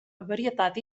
varietat